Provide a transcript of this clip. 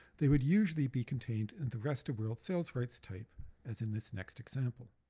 they would usually be contained in the rest of world sales rights type as in this next example.